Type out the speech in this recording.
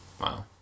Wow